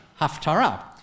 Haftarah